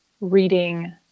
Reading